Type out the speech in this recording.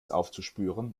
aufzuspüren